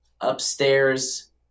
upstairs